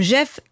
Jeff